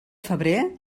febrer